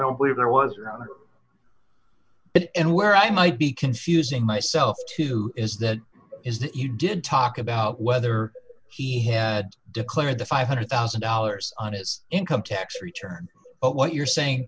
don't believe there was around it and where i might be confusing myself to is that is that you did talk about whether he had declared the five hundred thousand dollars on his income tax return but what you're saying